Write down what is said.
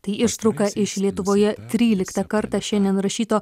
tai ištrauka iš lietuvoje tryliktą kartą šiandien rašyto